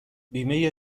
بیمه